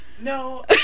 No